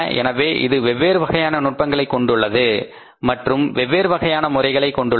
எனவே இது வெவ்வேறு வகையான நுட்பங்களைக் கொண்டுள்ளது மற்றும் வெவ்வேறு வகையான முறைகளை கொண்டுள்ளது